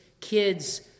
kids